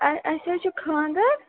اَسہِ حظ چھُ خانٛدر